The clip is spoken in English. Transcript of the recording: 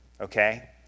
okay